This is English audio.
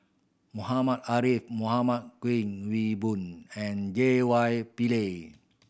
Muhammad Ariff Muhammad Kuik Swee Boon and J Y Pillay